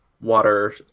water